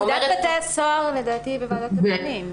לדעתי זה בוועדת הפנים.